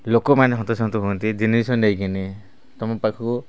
ଲୋକମାନେ ହନ୍ତସନ୍ତ ହୁଅନ୍ତି ଜିନିଷ ନେଇକିନି ତୁମ ପାଖକୁ